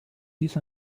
dies